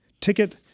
ticket